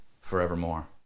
forevermore